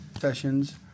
Sessions